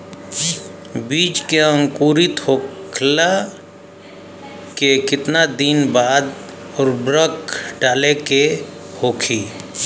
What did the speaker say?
बिज के अंकुरित होखेला के कितना दिन बाद उर्वरक डाले के होखि?